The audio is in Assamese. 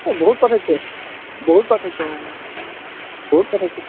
অঁ বহুত পাৰ্থক্য বহুত পাৰ্থক্য অঁ বহুত পাৰ্থক্য